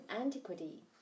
antiquity